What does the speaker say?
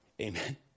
Amen